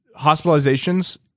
hospitalizations